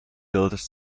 builders